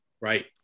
Right